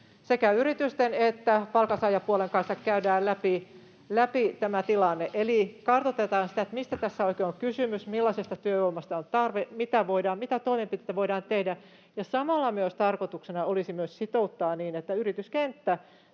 sekä yritysten että palkansaajapuolen kanssa käydään läpi tilanne, eli kartoitetaan sitä, mistä tässä oikein on kysymys, millaiselle työvoimalle on tarve, mitä toimenpiteitä voidaan tehdä. Samalla tarkoituksena olisi myös sitouttaa niin, että yrityskenttä